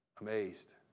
amazed